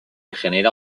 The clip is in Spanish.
genera